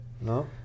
No